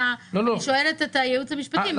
אני שואלת את הייעוץ המשפטי.